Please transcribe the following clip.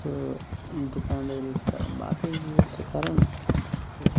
تہٕ دُکاندٲری چھِ کَرَان باقٕے چیٖز چھِ کَرَان تہٕ